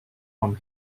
from